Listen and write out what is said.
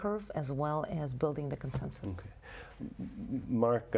curve as well as building the consensus and mark